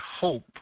hope